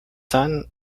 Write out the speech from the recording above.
son